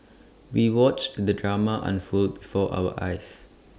we watched the drama unfold before our eyes